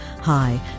Hi